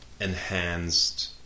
enhanced